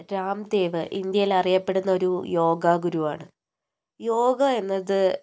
രാം ദേവ് ഇന്ത്യയിൽ അറിയപ്പെടുന്നൊരു യോഗ ഗുരുവാണ് യോഗ എന്നത്